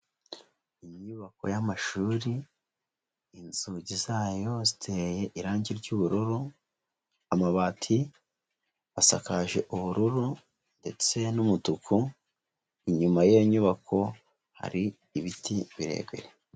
Inyubako y'amashuri, inzugi zayo ziteye irangi ry'ubururu, amabati asakaje ubururu ndetse n'umutuku, inyuma y'iyo nyubako hari ibiti birebire.